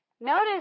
Notice